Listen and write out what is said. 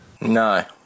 No